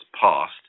passed